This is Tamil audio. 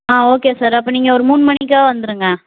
ஓகே சார் அப்போ நீங்கள் ஒரு மூணு மணிக்கு வந்துடுங்க